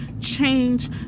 change